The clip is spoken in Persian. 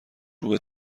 روبه